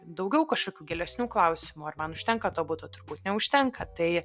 daugiau kažkokių gilesnių klausimų ar man užtenka to buto turbūt neužtenka tai